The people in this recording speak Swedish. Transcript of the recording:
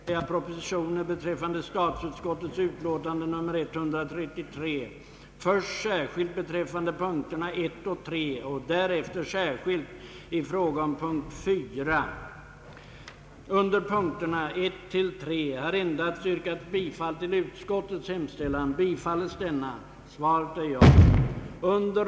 Herr talman! Till detta vill jag bara säga att utskottets ställningstagande är rätt märkligt, det hänger på något sätt inte ihop. Vi diskuterade under förra veckan hela lokaliseringspolitiken, och det talades då varmt om det inre stödområdet. Men när man sedan kommer så långt att man eventuellt skulle kunna få någon liten praktisk tillämpning, då är inte statsutskottet med längre. Herr talman! Jag vidhåller mitt yrkande.